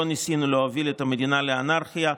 לא ניסינו להוביל את המדינה לאנרכיה.